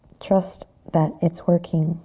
trust that it's working.